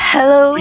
Hello